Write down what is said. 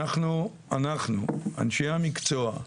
אנחנו, אנשי המקצוע,